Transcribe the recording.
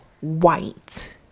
white